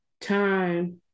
time